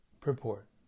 Purport